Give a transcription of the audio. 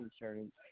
insurance